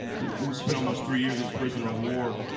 who who spent almost three years as a prisoner of war.